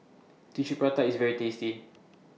Tissue Prata IS very tasty